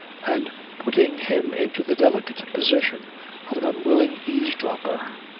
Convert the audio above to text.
and putting him into the delicate position of an unwilling eavesdropper.